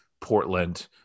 portland